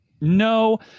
No